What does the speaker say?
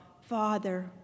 Father